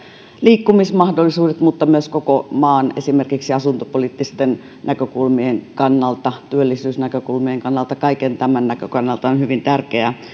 liikkumismahdollisuudet mutta myös koko maan esimerkiksi asuntopoliittisten näkökulmien kannalta työllisyysnäkökulmien kannalta kaiken tämän näkökannalta on hyvin tärkeää